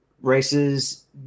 races